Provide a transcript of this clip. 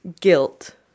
guilt